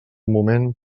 moment